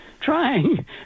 trying